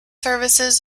services